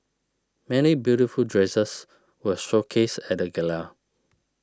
many beautiful dresses were showcased at the gala